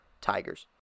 Tigers